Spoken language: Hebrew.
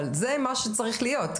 אבל זה מה שצריך להיות,